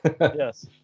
Yes